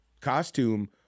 costume